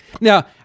Now